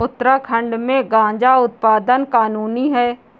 उत्तराखंड में गांजा उत्पादन कानूनी है